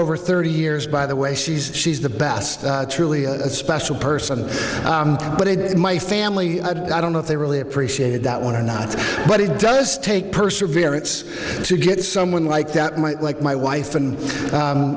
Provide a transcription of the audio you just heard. over thirty years by the way she's she's the best truly special person but it is my family i don't know if they really appreciated that one or not but it does take perseverance to get someone like that might like my wife and